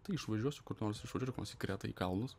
tai išvažiuosiu kur nors išvažiuosiu kur nors į kretą į kalnus